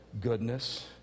goodness